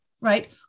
Right